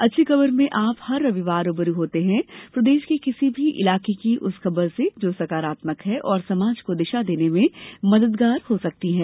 अच्छी खबर में आप हर रविवार रू ब रू होते हैं प्रदेश के किसी भी इलाके की उस खबर से जो सकारात्मक है और समाज को दिशा देने में मददगार हो सकती है